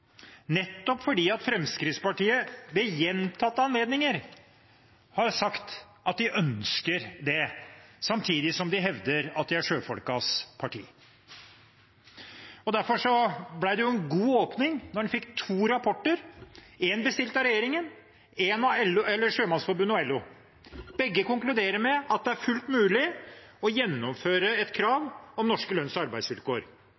nettopp fordi Fremskrittspartiet ved gjentatte anledninger har sagt at de ønsker det, samtidig som de hevder at de er sjøfolkenes parti. Derfor ble det en god åpning når en fikk to rapporter – én bestilt av regjeringen, én av Sjømannsforbundet og LO – som begge konkluderer med at det er fullt mulig å gjennomføre et krav om norske lønns- og arbeidsvilkår.